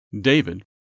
David